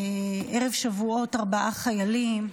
ערב שבועות, ארבעה חיילים,